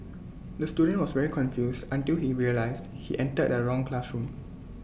the student was very confused until he realised he entered the wrong classroom